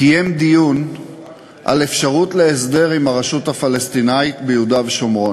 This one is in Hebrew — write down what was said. קיים דיון על אפשרות של הסדר עם הרשות הפלסטינית ביהודה ושומרון.